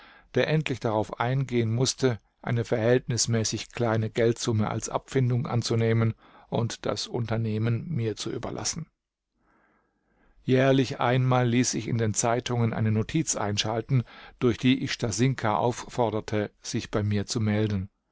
der endlich darauf eingehen mußte eine verhältnismäßig kleine geldsumme als abfindung anzunehmen und das unternehmen mir zu überlassen jährlich einmal ließ ich in die zeitungen eine notiz einschalten durch die ich stasinka aufforderte sich bei mir zu melden